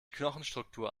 knochenstruktur